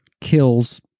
kills